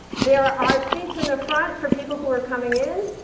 there are seats in the front for people who are coming in.